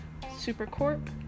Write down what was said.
Supercorp